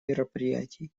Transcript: мероприятий